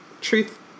truth